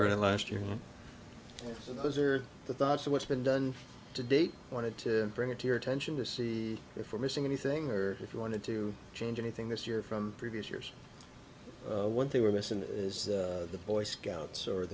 history last year and those are the thoughts of what's been done to date wanted to bring a tear attention to see if we're missing anything or if you wanted to change anything this year from previous years one thing we're missing is the boy scouts or